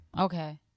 Okay